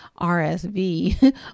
RSV